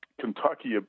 Kentucky